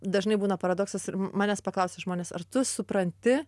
dažnai būna paradoksas manęs paklausia žmonės ar tu supranti